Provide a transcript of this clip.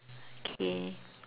okay